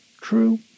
true